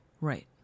right